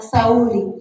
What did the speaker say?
Sauli